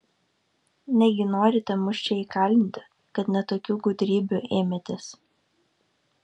negi norite mus čia įkalinti kad net tokių gudrybių ėmėtės